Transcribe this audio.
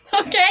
Okay